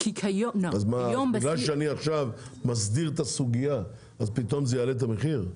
בגלל שאני מסדיר את הסוגייה אז עכשיו יעלו המחירים?